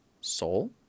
soul